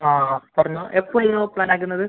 ആ പറഞ്ഞോ എപ്പോനു പ്ലാൻ ആക്കുന്നത്